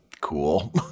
cool